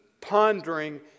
pondering